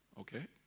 Okay